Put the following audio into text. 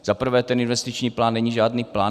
Zaprvé ten investiční plán není žádný plán.